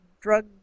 drug